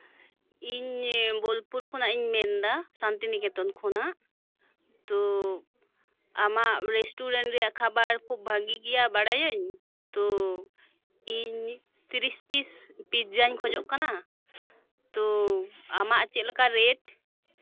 ᱤᱧ ᱵᱳᱞᱯᱩᱨ ᱠᱷᱚᱱᱟᱜ ᱤᱧ ᱢᱮᱱᱫᱟ ᱥᱟᱱᱛᱤᱱᱤᱠᱮᱛᱚᱱ ᱠᱷᱚᱱᱟᱜ ᱛᱚ ᱟᱢᱟᱜ ᱨᱮᱥᱴᱩᱨᱮᱱᱴ ᱨᱮᱭᱟᱜ ᱠᱷᱟᱵᱟᱨ ᱠᱷᱩᱵ ᱵᱷᱟᱜᱤ ᱜᱮᱭᱟ ᱵᱟᱲᱟᱭᱟᱹᱧ ᱛᱚ ᱤᱧ ᱛᱤᱨᱤᱥ ᱯᱤᱥ ᱯᱤᱡᱡᱟᱧ ᱠᱷᱚᱡᱚᱜ ᱠᱟᱱᱟ ᱛᱚ ᱟᱢᱟᱜ ᱪᱮᱫᱞᱮᱠᱟ ᱨᱮᱴ